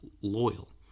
loyal